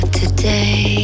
today